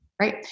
Right